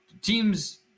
teams